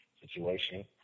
situation